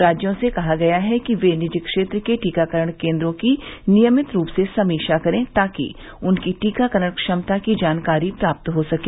राज्यों से कहा गया है कि वे निजी क्षेत्र के टीकाकरण केंद्रों की नियमित रूप से समीक्षा करें ताकि उनकी टीकाकरण क्षमता की जानकारी प्राप्त हो सके